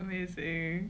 is a